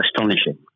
astonishing